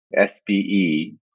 SBE